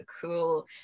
cool